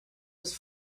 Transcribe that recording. was